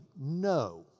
no